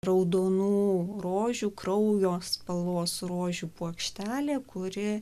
raudonų rožių kraujo spalvos rožių puokštelė kuri